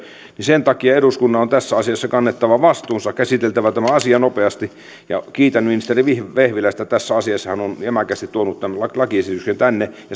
sen takia eduskunnan on tässä asiassa kannettava vastuunsa käsiteltävä tämä asia nopeasti kiitän ministeri vehviläistä tässä asiassa hän on jämäkästi tuonut tämän lakiesityksen tänne